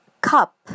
cup